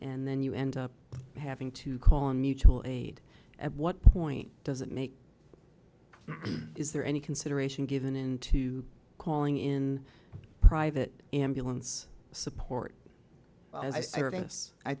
and then you end up having to call in mutual aid at what point does it make is there any consideration given in to calling in private ambulance support